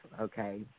okay